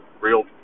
real